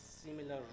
similar